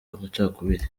amacakubiri